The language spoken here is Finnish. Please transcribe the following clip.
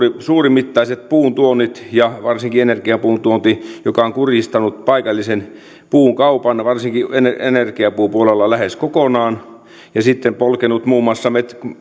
suurimittaiset puuntuonnit ja varsinkin energiapuun tuonti joka on kuristanut paikallisen puukaupan varsinkin energiapuupuolella lähes kokonaan ja sitten polkenut muun muassa